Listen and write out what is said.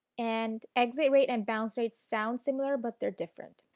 and exit rate and bounce rate sound similar but they are different.